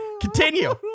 Continue